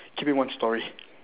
give me one story